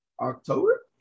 October